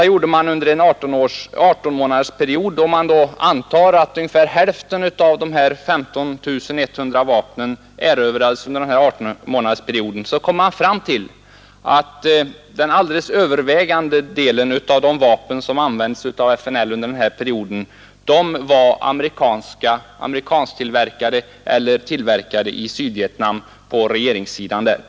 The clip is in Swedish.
Om man då antar att ungefär hälften av dessa 15 100 vapen erövrades under den 18-månadersperiod som undersökningen pågick, kommer man fram till att den alldeles övervägande delen av de vapen som användes av FNL under denna tid var amerikansktillverkade eller tillverkade på regeringssidan i Sydvietnam.